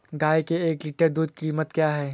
गाय के एक लीटर दूध की कीमत क्या है?